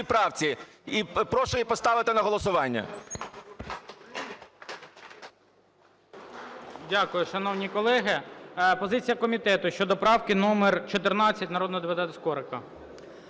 правці і прошу її поставити на голосування. ГОЛОВУЮЧИЙ. Дякую, шановні колеги. Позиція комітету щодо правки номер 14 народного депутата Скорика.